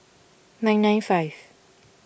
nine nine five